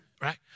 right